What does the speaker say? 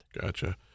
Gotcha